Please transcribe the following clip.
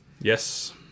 Yes